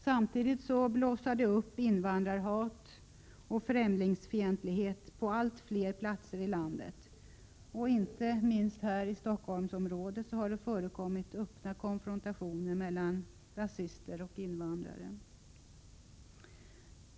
Samtidigt blossar det upp invandrarhat och främlingsfientlighet på allt fler platser i landet. Inte minst här i Stockholmsområdet har det förekommit öppna konfrontationer mellan rasister och invandrare.